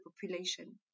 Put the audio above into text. population